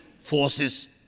forces